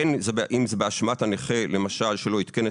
בין אם זה באשמת הנכה למשל: שלא עדכן את